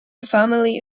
family